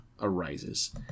arises